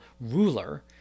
ruler